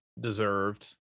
deserved